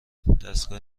دستگاه